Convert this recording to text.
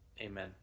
amen